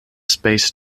space